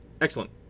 Excellent